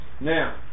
Now